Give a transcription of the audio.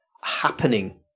happening